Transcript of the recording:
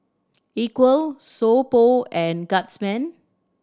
Equal So Pho and Guardsman